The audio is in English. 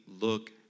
look